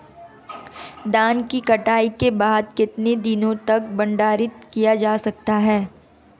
धान की कटाई के बाद कितने दिनों तक भंडारित किया जा सकता है?